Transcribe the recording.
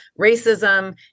racism